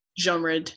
genre